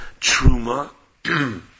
Truma